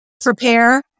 prepare